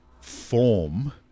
form